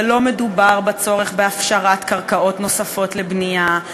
ולא מדובר בצורך בהפשרת קרקעות נוספות לבנייה,